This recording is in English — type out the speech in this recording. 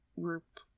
group